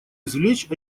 извлечь